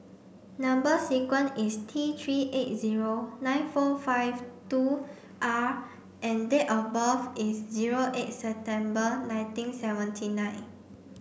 number sequence is T three eight zero nine four five two R and date of birth is zero eight September nineteen seventy nine